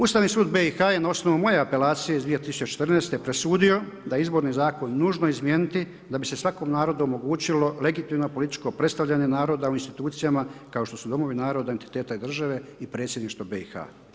Ustavni sud BIH je na osnovu moje apelacije iz 2014. presudio da je Izborni zakon nužno izmijeniti da bi se svakom narodu omogućilo legitimno političko predstavljanje naroda u institucijama kao što su Domovi naroda, entiteta i države i Predsjedništvo BIH.